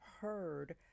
heard